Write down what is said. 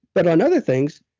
but on other things,